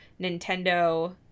Nintendo